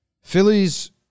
Phillies